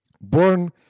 born